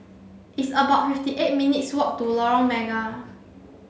it's about fifty eight minutes' walk to Lorong Mega